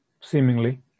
seemingly